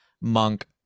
monk